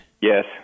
yes